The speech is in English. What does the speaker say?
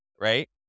right